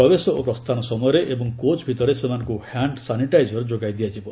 ପ୍ରବେଶ ଓ ପ୍ରସ୍ଥାନ ସମୟରେ ଏବଂ କୋଚ୍ ଭିତରେ ସେମାନଙ୍କୁ ହ୍ୟାଣ୍ଡ ସାନିଟାଇଜର୍ ଯୋଗାଇ ଦିଆଯିବ